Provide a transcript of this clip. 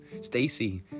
Stacy